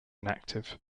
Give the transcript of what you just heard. inactive